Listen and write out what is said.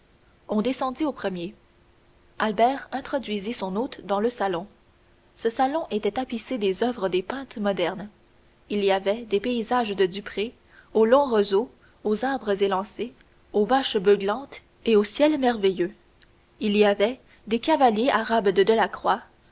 on descendit au premier albert introduisit son hôte dans le salon ce salon était tapissé des oeuvres des peintres modernes il y avait des paysages de dupré aux longs roseaux aux arbres élancés aux vaches beuglantes et aux ciels merveilleux il y avait des cavaliers arabes de